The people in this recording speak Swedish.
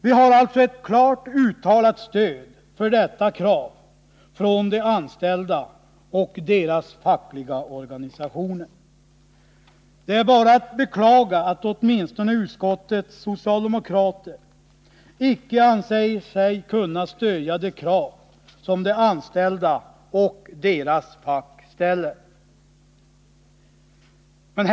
Vi har alltså ett klart uttalat stöd för detta krav från de anställda och deras fackliga organisationer. Det är bara att beklaga att åtminstone utskottets socialdemokrater icke anser sig kunna stödja de krav som de anställda och deras fack ställer.